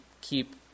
keep